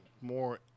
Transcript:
more